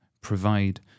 provide